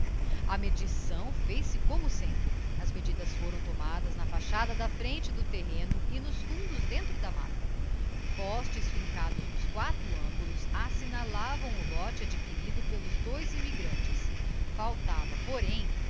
a medição fez-se como sempre as medidas foram tomadas na fachada da frente do terreno e nos fundos dentro da matta postes fincados nos quatro ângulos assignalavam o lote adquirido pelos dois immigrantes faltava porém